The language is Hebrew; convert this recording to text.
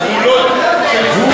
גבולות של ישראל,